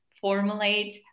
formulate